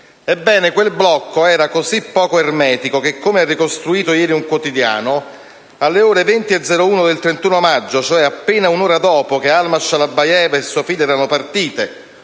Ebbene quel blocco era così poco ermetico che, come ha ricostruito ieri un quotidiano, alle ore 20,01 del 31 maggio, cioè appena un'ora dopo che Alma Shalabayeva e sua figlia erano partite